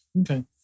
Okay